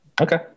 Okay